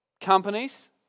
companies